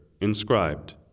inscribed